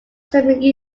similar